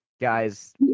Guys